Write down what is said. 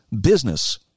business